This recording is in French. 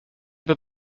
peux